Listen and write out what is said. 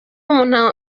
umuntu